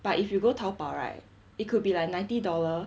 but if you go taobao right it could be like ninety dollar